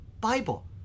Bible